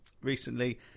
recently